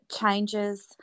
changes